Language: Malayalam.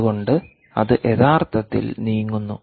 അതുകൊണ്ട് അത് യഥാർത്ഥത്തിൽ നീങ്ങുന്നു